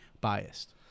biased